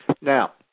Now